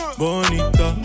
bonita